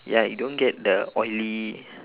ya you don't get the oily